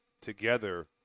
together